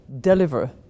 deliver